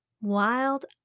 Wild